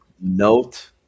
note